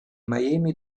miami